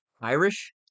Irish